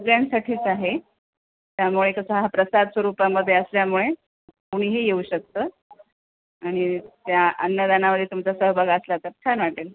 सगळ्यांसाठीच आहे त्यामुळे कसा हा प्रसाद स्वरूपामध्ये असल्यामुळे कुणीही येऊ शकतं आणि त्या अन्नदानावर तुमचा सहभग असला तर छान वाटेल